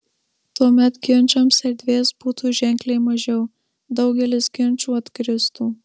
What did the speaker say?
tuomet ginčams erdvės būtų ženkliai mažiau daugelis ginčų atkristų